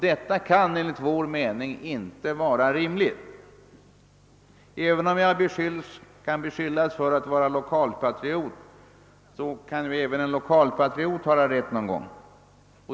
Detta kan enligt vår mening inte vara riktigt. Även om man beskyller mig för att vara lokalpatriot när jag säger detta, så kan ju även en sådan ha rätt någon gång.